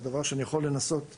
זה דבר שאני יכול לנסות לעזור.